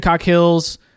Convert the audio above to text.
Hills